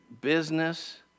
business